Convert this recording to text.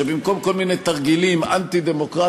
שבמקום כל מיני תרגילים אנטי-דמוקרטיים